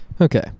Okay